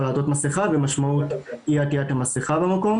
לעטות מסכה ומשמעות אי עטיית המסכה במקום.